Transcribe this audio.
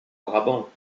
brabant